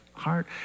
heart